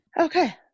Okay